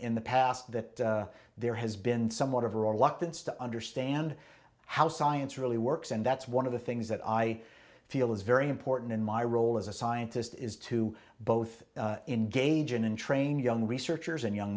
in the past that there has been somewhat of a reluctance to understand how science really works and that's one of the things that i feel is very important in my role as a scientist is to both engage in and train young researchers and young